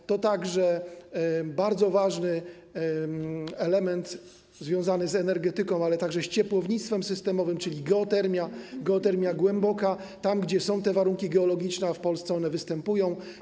Jest także bardzo ważny element związany z energetyką, ale także z ciepłownictwem systemowym, czyli geotermia, geotermia głęboka, tam, gdzie są warunki geologiczne, a w Polsce one występują.